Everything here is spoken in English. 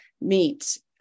meet